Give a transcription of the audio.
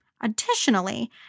Additionally